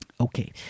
Okay